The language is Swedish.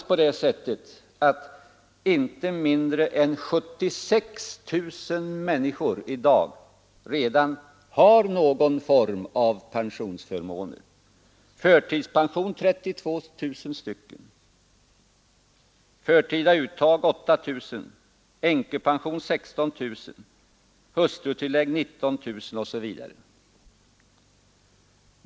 Det är faktiskt så att inte mindre än 76 000 personer i dag redan har någon form av pensionsförmåner: förtidspension 32 000, förtida uttag 8 000, änkepension 16 000, hustrutillägg 19 000 osv.